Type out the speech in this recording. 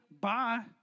bye